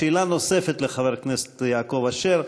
שאלה נוספת לחבר הכנסת יעקב אשר.